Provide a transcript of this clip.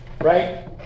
right